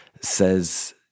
says